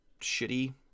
shitty